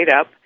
Up